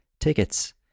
tickets